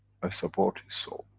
i support his soul.